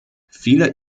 viele